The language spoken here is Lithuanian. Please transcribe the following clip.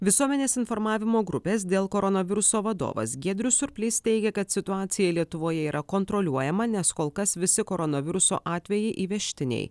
visuomenės informavimo grupės dėl koronaviruso vadovas giedrius surplys teigė kad situacija lietuvoje yra kontroliuojama nes kol kas visi koronaviruso atvejai įvežtiniai